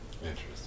interesting